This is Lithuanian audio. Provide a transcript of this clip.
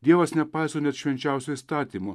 dievas nepaiso net švenčiausio įstatymo